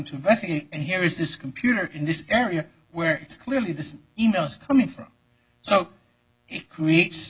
to investigate and here is this computer in this area where it's clearly the emails coming from so it creates